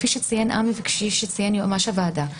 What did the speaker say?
כפי שציין עמי וכפי שציין יועמ"ש הוועדה,